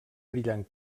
brillant